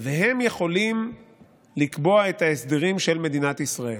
והם יכולים לקבוע את ההסדרים של מדינת ישראל.